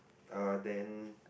uh then